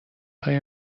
های